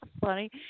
funny